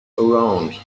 around